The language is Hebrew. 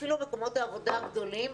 אפילו במקומות העבודה הגדולים.